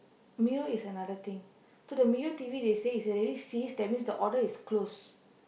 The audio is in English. Mio is another thing to the Mio T_V they say it's already ceased that means the order is closed